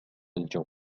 الجو